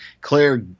Claire